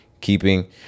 keeping